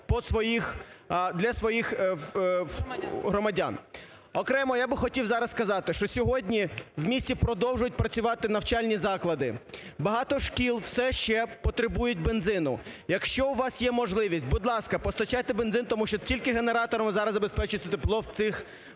для своїх громадян. Окремо я би хотів зараз сказати, що сьогодні в місті продовжують працювати навчальні заклади, багато шкіл все ще потребують бензину. Якщо у вас є можливість, будь ласка, постачайте бензин, тому що тільки генераторами зараз забезпечується тепло в цих